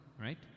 right